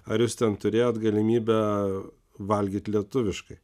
ar jūs ten turėjot galimybę valgyt lietuviškai